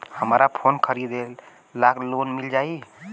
हमरा फोन खरीदे ला लोन मिल जायी?